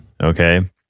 Okay